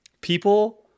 people